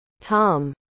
Tom